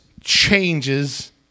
changes